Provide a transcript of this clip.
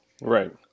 Right